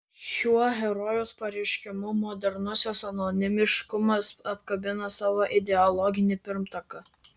šiuo herojaus pareiškimu modernusis anonimiškumas apkabina savo ideologinį pirmtaką